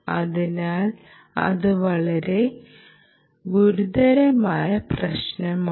അതിനാൽ അത് വളരെ ഗുരുതരമായ പ്രശ്നമാണ്